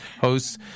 hosts